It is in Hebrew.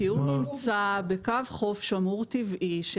כי הוא נמצא בקו חוף שמור טבעי,